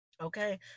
Okay